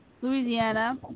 Louisiana